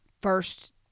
first